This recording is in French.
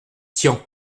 tian